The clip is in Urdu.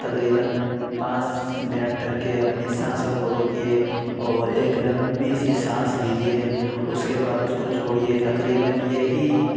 تقریباً پانچ منٹ تک کے اپنی سانسوں کو روکیے اور ایک لمبی سی سانس لیجیے اُس کے بعد اُس کو چھوڑیے تقریباً یہی